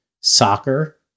Soccer